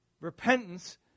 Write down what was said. repentance